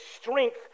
strength